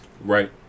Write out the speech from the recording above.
right